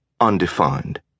undefined